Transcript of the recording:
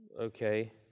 Okay